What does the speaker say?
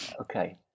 Okay